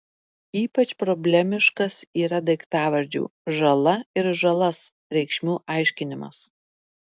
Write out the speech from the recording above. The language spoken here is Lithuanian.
ypač problemiškas yra daiktavardžių žala ir žalas reikšmių aiškinimas